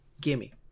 Gimme